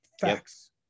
Facts